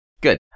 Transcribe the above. good